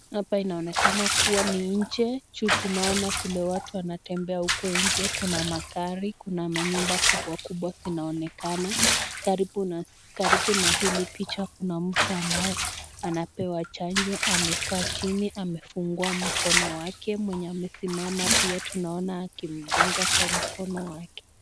Hapa inaonekana kuwa ni nje ju tunaona vile watu wanatembea uko nje. Kuna magari, kuna manyumba kubwa kubwa zinaonekana . Karibu na hili picha kuna mtu ambaye anapewa chanjo ,amekaa chini amefungua mkono wake. Mwenye amesimama pia tunaona akimdunga kwa mkono wake.